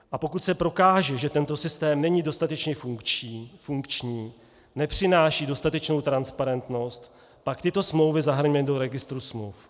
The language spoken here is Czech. A pokud se prokáže, že tento systém není dostatečně funkční, nepřináší dostatečnou transparentnost, pak tyto smlouvy zahrňme do registru smluv.